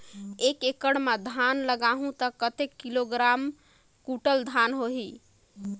एक एकड़ मां धान लगाहु ता कतेक किलोग्राम कुंटल धान होही?